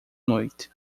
noite